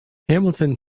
hamilton